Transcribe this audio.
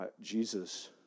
Jesus